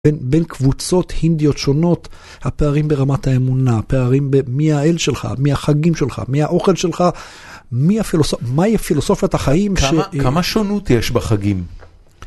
בין קבוצות הינדיות שונות, הפערים ברמת האמונה, פערים במי האל שלך, מי החגים שלך, מי האוכל שלך, מהי הפילוסופיית החיים. כמה שונות יש בחגים.